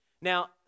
Now